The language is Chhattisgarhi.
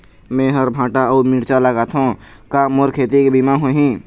मेहर भांटा अऊ मिरचा लगाथो का मोर खेती के बीमा होही?